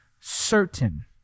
certain